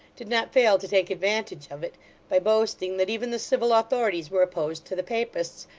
did not fail to take advantage of it by boasting that even the civil authorities were opposed to the papists,